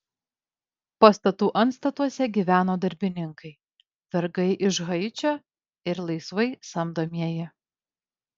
pastatų antstatuose gyveno darbininkai vergai iš haičio ir laisvai samdomieji